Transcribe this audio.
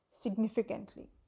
significantly